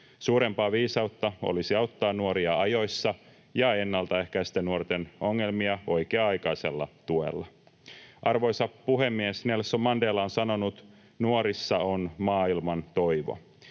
Suurempaa viisautta olisi auttaa nuoria ajoissa ja ennaltaehkäistä nuorten ongelmia oikea-aikaisella tuella. Arvoisa puhemies! Nelson Mandela on sanonut, että nuorissa on maailman toivo.